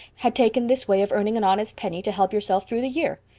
had taken this way of earning an honest penny to help yourself through the year.